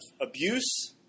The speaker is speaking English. abuse